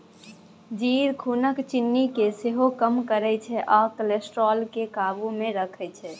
जीर खुनक चिन्नी केँ सेहो कम करय छै आ कोलेस्ट्रॉल केँ काबु मे राखै छै